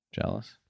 Jealous